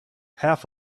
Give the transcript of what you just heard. half